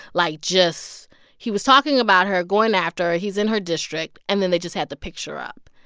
like, just he was talking about her, going after her. he's in her district. and then they just had the picture up.